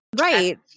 right